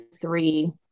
three